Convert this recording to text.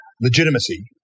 legitimacy